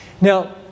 Now